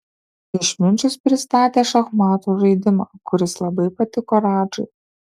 išminčius pristatė šachmatų žaidimą kuris labai patiko radžai